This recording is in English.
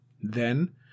Then